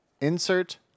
insert